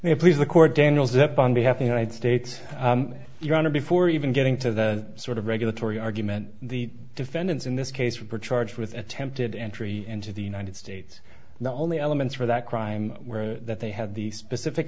i please the court daniels up on behalf of united states your honor before even getting to the sort of regulatory argument the defendants in this case for partridge with attempted entry into the united states not only elements for that crime were that they had the specific